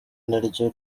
naryo